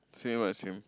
swim what swim